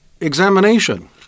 examination